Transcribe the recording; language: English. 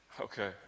Okay